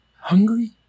Hungry